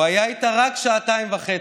הוא היה איתה רק שעתיים וחצי.